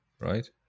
right